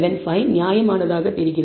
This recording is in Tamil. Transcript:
75 நியாயமானதாக தெரிகிறது